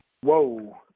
Whoa